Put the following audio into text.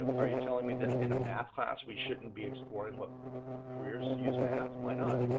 ah are you telling me that in a math class, we shouldn't be exploring what careers use math, why not?